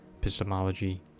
epistemology